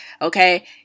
okay